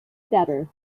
better